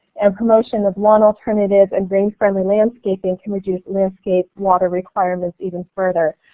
and promotion of lawn alternatives and green friendly landscaping can reduce landscape water requirements even further.